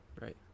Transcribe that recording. Right